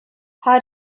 how